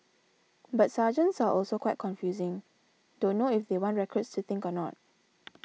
but sergeants are also quite confusing don't know if they want recruits to think or not